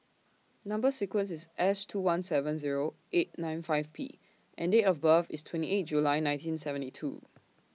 Number sequence IS S two one seven Zero eight nine five P and Date of birth IS twenty eight July nineteen twenty seven